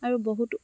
আৰু বহুতো